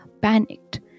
panicked